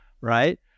Right